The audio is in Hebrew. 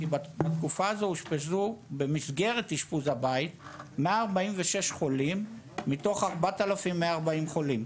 כי בתקופה הזו אושפזו במסגרת אשפוז הבית 146 חולים מתוך 4100 חולים,